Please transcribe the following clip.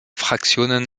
fraktionen